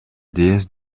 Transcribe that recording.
déesse